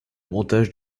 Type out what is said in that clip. montage